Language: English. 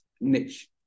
niche